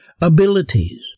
abilities